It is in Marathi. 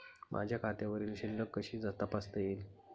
माझ्या खात्यावरील शिल्लक कशी तपासता येईल?